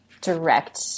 direct